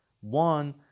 one